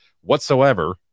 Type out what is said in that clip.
whatsoever